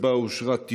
ההצעה אושרה,